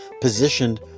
positioned